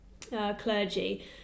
clergy